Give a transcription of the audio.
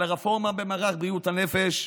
על הרפורמה במערך בריאות הנפש,